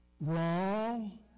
Wrong